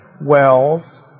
wells